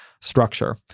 structure